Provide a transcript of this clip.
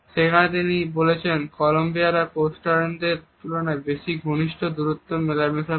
সেখানে তিনি বলেছেন কলম্বিয়ানরা কোস্টারিকানদের তুলনায় বেশি ঘনিষ্ঠ দূরত্বে মেলামেশা করে